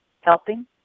helping